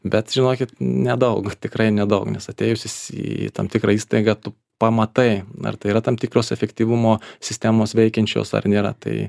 bet žinokit nedaug tikrai nedaug nes atėjus į tam tikrą įstaigą tu pamatai ar tai yra tam tikros efektyvumo sistemos veikiančios ar nėra tai